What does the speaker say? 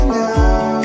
now